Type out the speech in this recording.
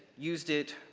used it,